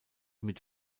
mit